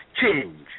change